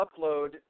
upload